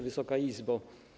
Wysoka Izbo!